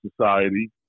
society